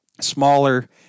smaller